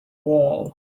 wall